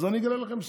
אז אני אגלה לכם סוד: